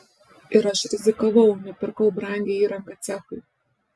ir aš rizikavau nupirkau brangią įrangą cechui